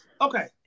okay